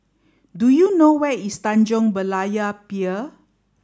do you know where is Tanjong Berlayer Pier